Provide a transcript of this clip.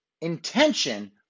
intention